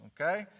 Okay